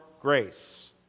grace